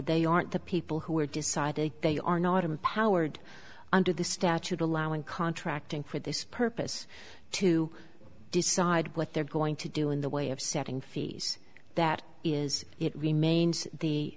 they aren't the people who are deciding they are not empowered under the statute allowing contracting for this purpose to decide what they're going to do in the way of setting fees that is it remains the